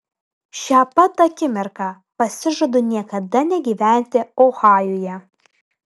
šią pat akimirką pasižadu niekada negyventi ohajuje